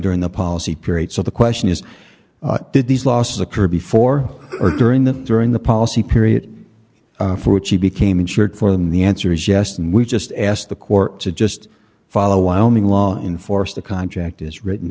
during the policy period so the question is did these losses occur before or during the during the policy period for which he became insured for them the answer is yes and we just asked the court to just follow wyoming law enforce the contract is written